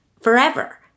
forever